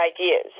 ideas